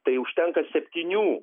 tai užtenka septynių